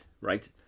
right